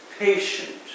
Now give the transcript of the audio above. Patient